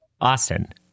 Austin